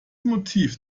motiv